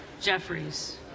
Jeffries